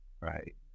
right